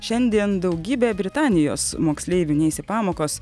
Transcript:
šiandien daugybė britanijos moksleivių neis į pamokos